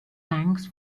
thanks